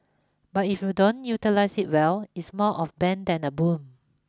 but if you don't utilise it well it's more of bane than a boon